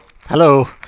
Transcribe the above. Hello